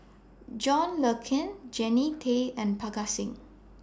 John Le Cain Jannie Tay and Parga Singh